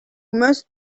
must